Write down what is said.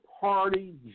party